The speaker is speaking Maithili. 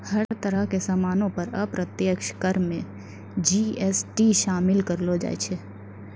हर तरह के सामानो पर अप्रत्यक्ष कर मे जी.एस.टी शामिल करलो जाय छै